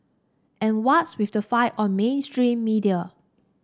and what's with the fight on mainstream media